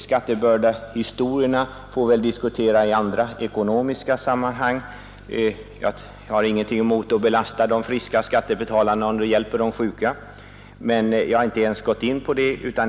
Skattebördehistorierna får vi väl diskutera i andra, ekonomiska sammanhang. Jag har ingenting emot att belasta de friska skattebetalarna, om det hjälper de sjuka, men jag har inte ens gått in på detta.